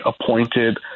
appointed